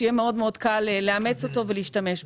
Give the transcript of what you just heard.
שיהיה מאוד קל לאמץ אותו ולהשתמש בו.